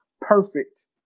perfect